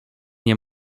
nie